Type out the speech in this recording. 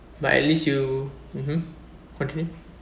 but at least you mmhmm continue